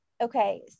Okay